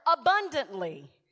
abundantly